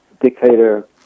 Dictator